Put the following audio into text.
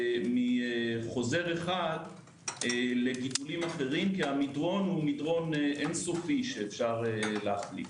מחוזר אחד לגידולים אחרים כי המדרון הוא אין סופי שאפשר להחליק.